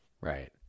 Right